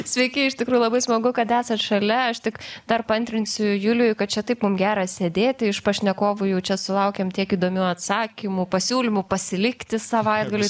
sveiki iš tikrųjų labai smagu kad esat šalia aš tik dar paantrinsiu juliui kad čia taip mum gera sėdėti iš pašnekovų jau čia sulaukėm tiek įdomių atsakymų pasiūlymų pasilikti savaitgaliui